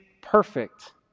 perfect